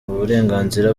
uburenganzira